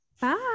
bye